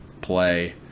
play